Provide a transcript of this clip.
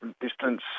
distance